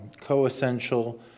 coessential